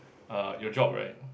uh your job right